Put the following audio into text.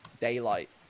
daylight